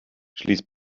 schließ